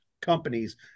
companies